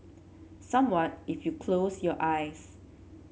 someone if you close your eyes